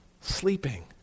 sleeping